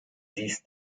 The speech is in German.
dies